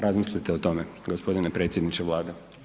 Razmislite o tome g. predsjedniče Vlade.